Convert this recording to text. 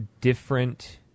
different